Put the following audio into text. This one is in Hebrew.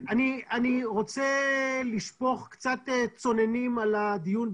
אני רוצה לשפוך קצת צוננים על הדיון,